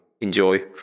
enjoy